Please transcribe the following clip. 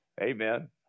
Amen